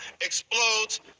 explodes